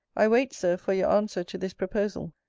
i wait, sir, for your answer to this proposal,